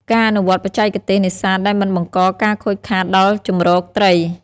ការអនុវត្តន៍បច្ចេកទេសនេសាទដែលមិនបង្កការខូចខាតដល់ជម្រកត្រី។